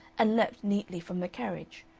and leaped neatly from the carriage,